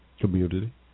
community